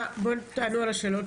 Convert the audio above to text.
בואו תענו על השאלות.